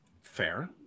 Fair